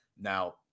Now